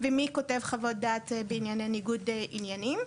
ומי כותב חוות דעת בענייני ניגוד עניינים,